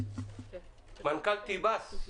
מנכ"ל טיבאס.